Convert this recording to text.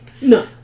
No